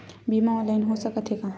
बीमा ऑनलाइन हो सकत हे का?